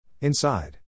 Inside